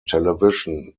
television